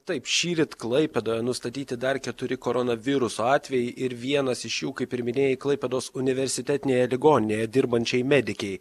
taip šįryt klaipėdoje nustatyti dar keturi koronaviruso atvejai ir vienas iš jų kaip ir minėjai klaipėdos universitetinėje ligoninėje dirbančiai medikei